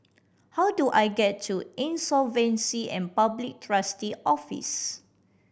how do I get to Insolvency and Public Trustee's Office